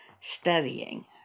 studying